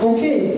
Okay